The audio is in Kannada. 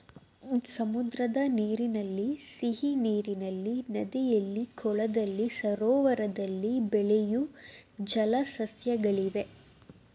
ಸಮುದ್ರದ ನೀರಿನಲ್ಲಿ, ಸಿಹಿನೀರಿನಲ್ಲಿ, ನದಿಯಲ್ಲಿ, ಕೊಳದಲ್ಲಿ, ಸರೋವರದಲ್ಲಿ ಬೆಳೆಯೂ ಜಲ ಸಸ್ಯಗಳಿವೆ